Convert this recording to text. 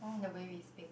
the way we speak